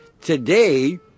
today